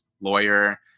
lawyer